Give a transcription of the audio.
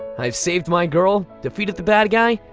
i've saved my girl, defeated the bad guy,